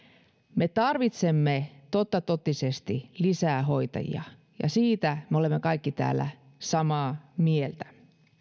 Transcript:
me tarvitsemme totta totisesti lisää hoitajia ja siitä me olemme kaikki täällä samaa mieltä